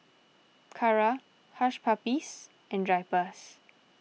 Kara Hush Puppies and Drypers